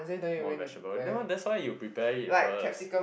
more vegetable now that's why you prepare it first